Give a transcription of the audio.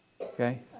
Okay